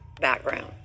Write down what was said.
background